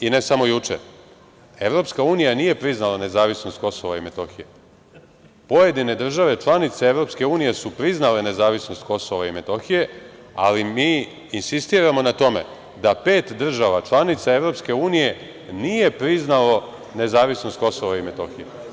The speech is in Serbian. i ne samo juče, EU nije priznala nezavisnost Kosova i Metohije, pojedine države članice EU su priznale nezavisnost Kosova i Metohije, ali mi insistiramo na tome da pet država članica EU nije priznalo nezavisnost Kosova i Metohije.